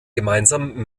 gemeinsam